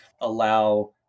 allow